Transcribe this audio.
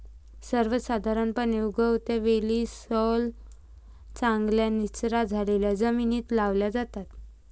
सर्वसाधारणपणे, उगवत्या वेली सैल, चांगल्या निचरा झालेल्या जमिनीत लावल्या जातात